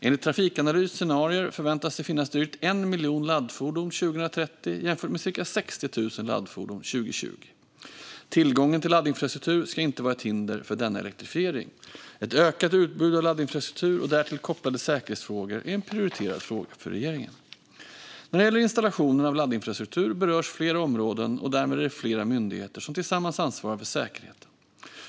Enlig Trafikanalys scenarier förväntas det finnas drygt 1 miljon laddfordon 2030, jämfört med cirka 60 000 laddfordon 2020. Tillgången till laddinfrastruktur ska inte vara ett hinder för denna elektrifiering. Ett ökat utbud av laddinfrastruktur och därtill kopplade säkerhetsfrågor är en prioriterad fråga för regeringen. När det gäller installation av laddinfrastruktur berörs flera områden, och därmed är det flera myndigheter som tillsammans ansvarar för säkerheten.